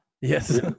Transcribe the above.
Yes